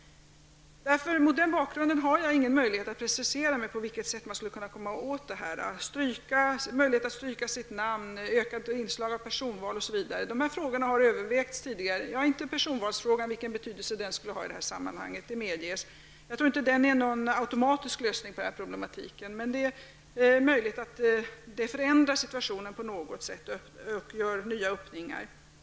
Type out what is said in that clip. Mot den bakgrunden har jag ingen möjlighet att precisera på vilket sätt man skulle kunna komma åt problemet. Man kan tänka sig möjligheten att stryka sitt namn och ett ökat inslag av personval. Dessa frågor har övervägts tidigare -- ja, det gäller inte frågan om vilken betydelse ett ökat inslag av personval skulle ha i detta sammanhang, det medges. Jag tror inte att ett ökat inslag av personval skulle innebära någon automatisk lösning på problemet, men det är möjligt att det skulle förändra situationen på något sätt och medföra nya öppningar.